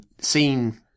seen